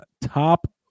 top